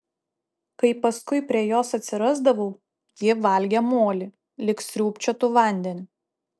kai paskui prie jos atsirasdavau ji valgė molį lyg sriūbčiotų vandenį